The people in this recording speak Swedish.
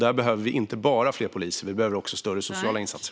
Där behöver vi inte bara fler poliser, utan vi behöver också större sociala insatser.